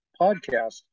podcast